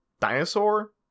dinosaur